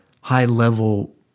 high-level